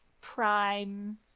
prime